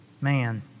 man